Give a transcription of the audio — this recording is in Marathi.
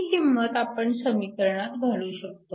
ही किंमत आपण समीकरणात घालू शकतो